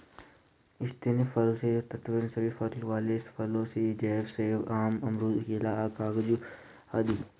स्थायी फसल से तात्पर्य सभी फल वाले फसल से है जैसे सेब, आम, अमरूद, केला, काजू आदि